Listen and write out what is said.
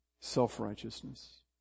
self-righteousness